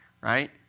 right